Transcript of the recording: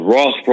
Ross